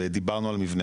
ודיברנו על מבנה,